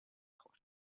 خورد